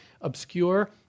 obscure